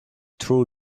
through